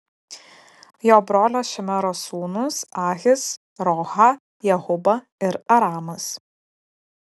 jo brolio šemero sūnūs ahis rohga jehuba ir aramas